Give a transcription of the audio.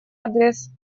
адрес